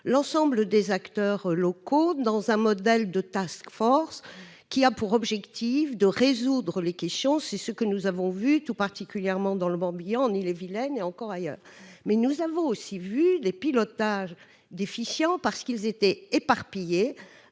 l'ensemble des acteurs locaux dans un modèle de qui a pour objectif de résoudre les questions. C'est ce que nous avons vu tout particulièrement dans le Morbihan, en Ille-et-Vilaine et encore ailleurs. Mais nous avons aussi vu des pilotages déficients parce qu'ils étaient éparpillés,